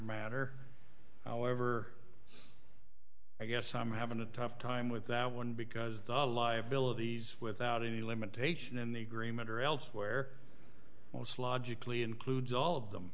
matter however i guess i'm having a tough time with that one because the liabilities without any limitation in the agreement or elsewhere most logically includes all of them